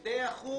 2%